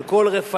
על כל רפא"ל